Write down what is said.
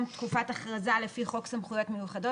תקופת הכרזה לפי חוק סמכויות מיוחדות,